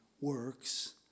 works